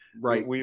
Right